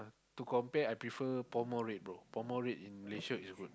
to compare I prefer Pall Mall Red bro Pall Mall Red in Malaysia is good